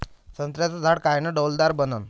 संत्र्याचं झाड कायनं डौलदार बनन?